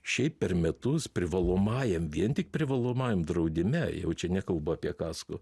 šiaip per metus privalomajam vien tik privalomajam draudime jau čia nekalbu apie kasko